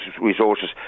resources